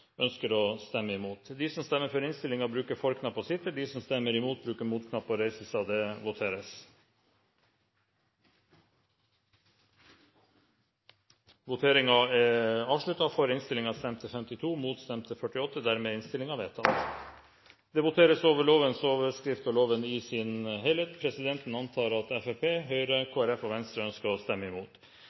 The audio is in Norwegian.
ønsker å stemme imot. Det voteres over lovens overskrift og loven i sin helhet. Presidenten antar at Fremskrittspartiet, Høyre, Kristelig Folkeparti og Venstre ønsker å stemme imot.